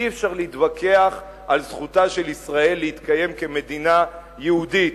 אי-אפשר להתווכח על זכותה של ישראל להתקיים כמדינה יהודית.